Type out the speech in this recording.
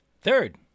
Third